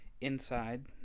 inside